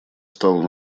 стала